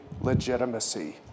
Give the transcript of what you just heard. legitimacy